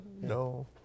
No